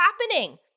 happening